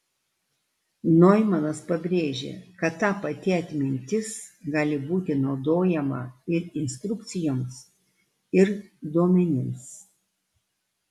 noimanas pabrėžė kad ta pati atmintis gali būti naudojama ir instrukcijoms ir duomenims